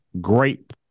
great